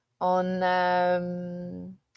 on